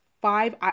five